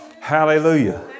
Hallelujah